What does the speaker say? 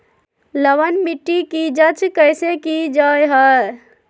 लवन मिट्टी की जच कैसे की जय है?